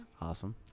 awesome